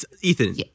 Ethan